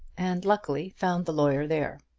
and luckily found the lawyer there.